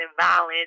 violence